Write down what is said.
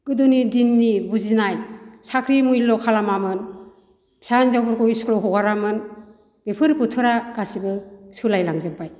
गोदोनि दिननि बुजिनाय साख्रि मुल्य खालामामोन फिसा हिनजावफोरखौ स्कुलाव हगारामोन बेफोर बोथोरा गासिबो सोलाय लांजोबबाय